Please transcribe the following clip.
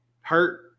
Hurt